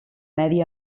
medi